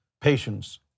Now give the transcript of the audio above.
patience